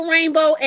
Rainbow